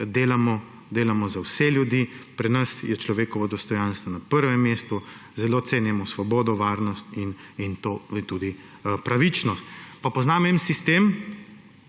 demokratih delamo za vse ljudi, pri nas je človekovo dostojanstvo na prvem mestu. Zelo cenimo svobodo, varnost in tudi pravičnost. Pa poznam en sistem,